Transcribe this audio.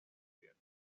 abierto